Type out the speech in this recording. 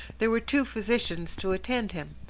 there were two physicians to attend him,